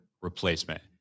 replacement